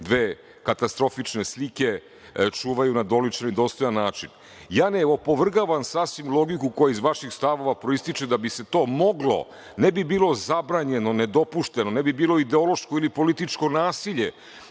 dve katastrofične slike čuvaju na doličan i dostojan način. Ne opovrgavam sasvim logiku koja je iz vaših stavova proističe da bi se to moglo, ne bi bilo zabranjeno, nedopušteno, ne bi bilo ideološko ili političko nasilje,